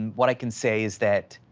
what i can say is that